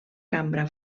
cambra